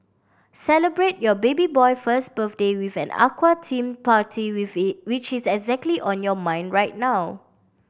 celebrate your baby boy first birthday with an aqua theme party with it which is exactly on your mind right now